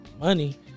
money